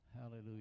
Hallelujah